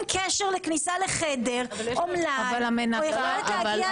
קשר לכניסה לחדר או מלאי אז הוא לא צריך.